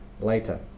later